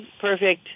perfect